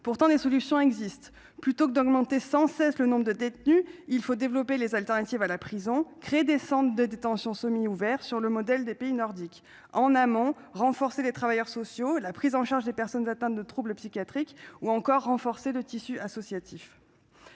dégradant. Des solutions existent : plutôt que d'augmenter sans cesse le nombre de détenus, il faut développer les alternatives à la prison et créer des centres de détention semi-ouverts, sur le modèle des pays nordiques. En amont, il convient de renforcer les travailleurs sociaux, la prise en charge des personnes atteintes de troubles psychiatriques ou encore le tissu associatif.